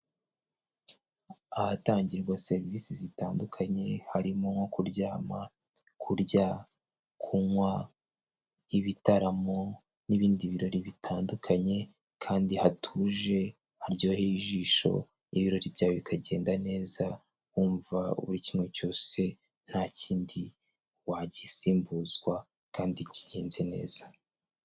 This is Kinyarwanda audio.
Ahatangirwa serivisi zitandukanye harimo nko kuryama, kurya, kunywa, ibitaramo n'ibindi birori bitandukanye kandi hatuje, haryoheye ijisho, ibirori byawe bikagenda neza, wumva buri kimwe cyose, nta kindi wagisimbuza kandi kigenze neza.